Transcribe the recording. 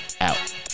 out